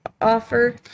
offer